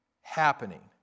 happening